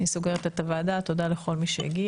אני סוגרת את הוועדה, תודה לכל מי שהגיע,